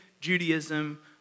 Judaism